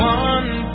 one